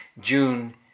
June